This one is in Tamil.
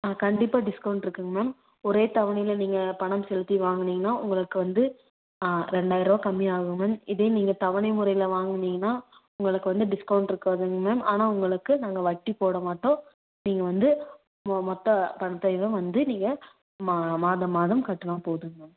ஆ கண்டிப்பாக டிஸ்கவுண்ட்ருக்குங்க மேம் ஒரே தவணையில் நீங்கள் பணம் செலுத்தி வாங்குனீங்கன்னா உங்களுக்கு வந்து ரெண்டாயிருபா கம்மி ஆகும் மேம் இதே நீங்கள் தவணை முறையில் வாங்குனீங்கன்னா உங்களுக்கு வந்து டிஸ்கவுண்ட்டிருக்காதுங்க மேம் ஆனால் உங்களுக்கு நாங்கள் வட்டி போட மாட்டோம் நீங்கள் வந்து மொ மொத்த பணத்தையுமே வந்து நீங்கள் மா மாதம் மாதம் கட்டினா போதுங்க மேம்